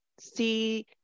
see